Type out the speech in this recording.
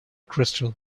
crystal